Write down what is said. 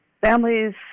Families